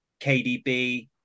KDB